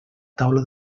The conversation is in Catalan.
taula